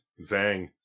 Zang